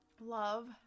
love